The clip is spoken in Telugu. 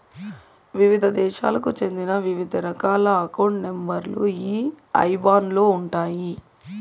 వివిధ దేశాలకు చెందిన వివిధ రకాల అకౌంట్ నెంబర్ లు ఈ ఐబాన్ లో ఉంటాయి